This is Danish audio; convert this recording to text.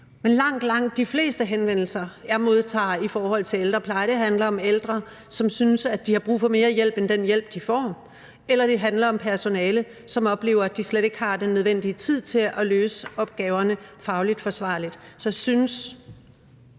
Men langt de fleste henvendelser, jeg modtager i forhold til ældrepleje, handler om ældre, som synes, at de har brug for mere hjælp end den hjælp, de får. Eller det handler om personale, som oplever, at de slet ikke har den nødvendige tid til at løse opgaverne fagligt forsvarligt. Så jeg